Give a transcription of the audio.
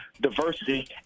diversity